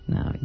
Now